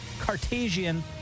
Cartesian